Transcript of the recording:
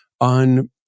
on